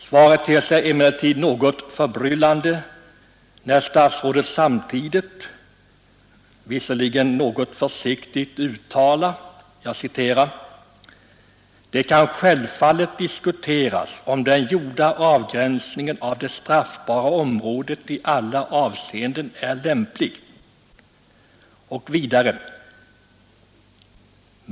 Svaret ter sig emellertid något förbryllande, när statsrådet, visserligen något försiktigt, uttalar: ”Det kan självfallet diskuteras om den gjorda avgränsningen av det straffbara området i alla avseenden är lämplig.